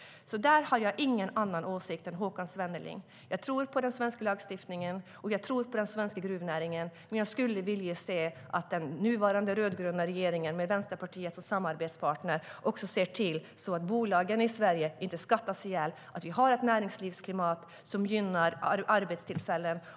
Där har jag ingen annan åsikt än Håkan Svenneling. Jag tror på den svenska lagstiftningen, och jag tror på den svenska gruvnäringen. Men jag skulle vilja att den nuvarande rödgröna regeringen med Vänsterpartiet som samarbetspartner ser till att bolagen i Sverige inte skattas ihjäl och ser till att vi har ett näringslivsklimat som gynnar arbetstillfällen.